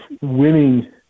winning